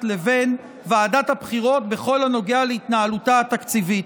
לבין ועדת הבחירות בכל הנוגע להתנהלותה התקציבית.